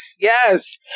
Yes